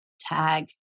tag